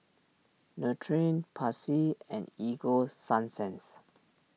Nutren Pansy and Ego Sunsense